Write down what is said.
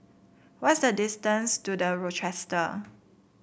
what is the distance to The Rochester